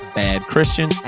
badchristian